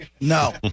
No